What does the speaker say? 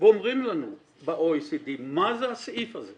ואומרים לנו ב-OECD, מה זה הסעיף הזה?